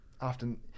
often